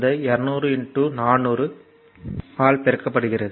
இந்த 200 400 ஆல் பெருக்கப்படுகிறது